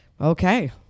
Okay